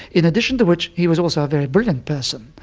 in addition to which he was also a very brilliant person,